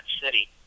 City